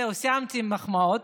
זהו, סיימתי עם המחמאות.